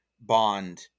Bond